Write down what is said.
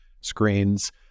screens